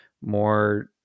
more